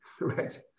right